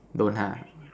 don't ha